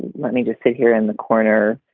let me just sit here in the corner.